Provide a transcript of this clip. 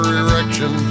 erection